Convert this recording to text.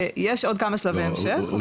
יש כמה שלבי המשך.